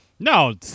No